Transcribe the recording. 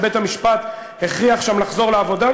שבית-המשפט הכריח שם לחזור לעבודה,